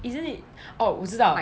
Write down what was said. isn't it oh 我知道